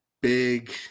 big